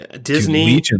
Disney